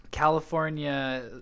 California